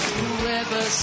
whoever